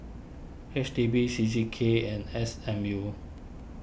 H D B C C K and S M U